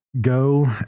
go